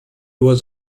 was